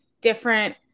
different